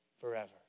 forever